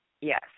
Yes